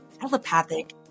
telepathic